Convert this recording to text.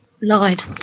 Lied